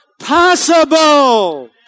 possible